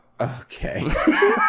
Okay